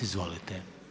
Izvolite.